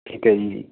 ਠੀਕ ਹੈ ਜੀ